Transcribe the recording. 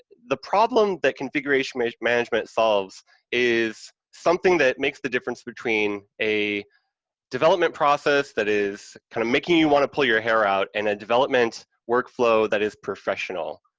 the problem that configuration management solves is something that makes the difference between a development process that is kind of making you want to pull your hair out and a development work flow that is professional,